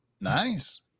Nice